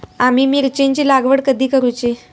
आम्ही मिरचेंची लागवड कधी करूची?